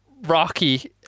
Rocky